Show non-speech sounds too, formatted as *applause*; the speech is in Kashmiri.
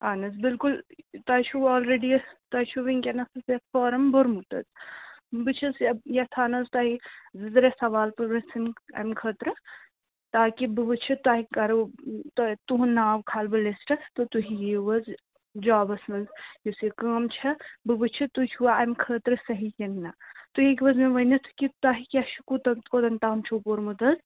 اَہن حظ بلکُل تۄہہِ چھُو آلرٮ۪ڈی *unintelligible* تۄہہِ چھُو وٕنۍکٮ۪نَس *unintelligible* فارَم بوٚرمُت حظ بہٕ چھَس یَہ یَژھان حظ تۄہہِ زٕ ترٛےٚ سوال پِرٛژھٕنۍ اَمہِ خٲطرٕ تاکہِ بہٕ وٕچھٕ تۄہہِ کَرو تۄہہِ تُہُنٛد ناو کھال بہٕ لِسٹَس تہٕ تُہۍ یِیِو حظ جابَس منٛز یُس یہِ کٲم چھےٚ بہٕ وٕچھٕ تُہۍ چھُوا اَمہِ خٲطرٕ صحیح کِنہٕ نَہ تُہۍ ہیٚکِو حظ مےٚ ؤنِتھ کہِ تۄہہِ کیٛاہ چھُ کوٗتَن کوٚتَن تام چھُو پوٚرمُت حظ